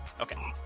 okay